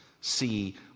see